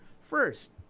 first